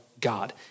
God